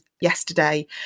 yesterday